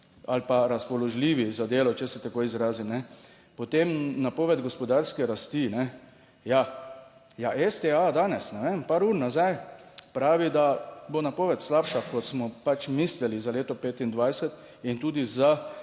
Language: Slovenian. ali pa razpoložljivi za delo, če se tako izrazim, ne? Potem napoved gospodarske rasti ne, ja, ja, STA danes, ne vem, par ur nazaj, pravi, da bo napoved slabša, kot smo pač mislili za leto 2025 in tudi za